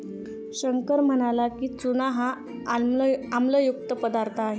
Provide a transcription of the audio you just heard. शंकर म्हणाला की, चूना हा आम्लयुक्त पदार्थ आहे